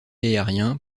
aériens